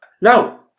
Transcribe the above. Now